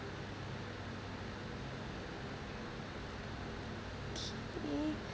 okay